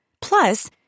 Plus